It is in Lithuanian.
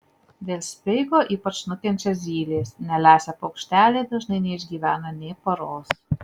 dėl speigo ypač nukenčia zylės nelesę paukšteliai dažnai neišgyvena nė paros